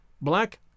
black